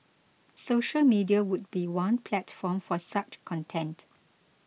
social media would be one platform for such content